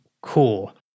cool